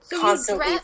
constantly